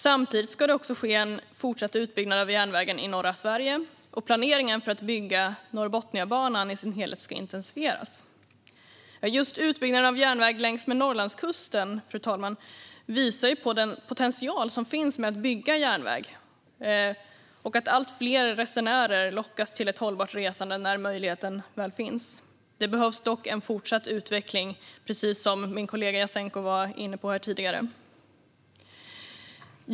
Samtidigt ska det ske en fortsatt utbyggnad av järnvägen i norra Sverige, och planeringen för att bygga Norrbotniabanan i sin helhet ska intensifieras. Just utbyggnaden av järnväg längs med Norrlandskusten, fru talman, visar på den potential som finns i att bygga järnväg och att allt fler resenärer lockas till ett hållbart resande när möjligheten väl finns. Det behövs dock en fortsatt utveckling, precis som min kollega Jasenko var inne på tidigare.